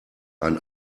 ein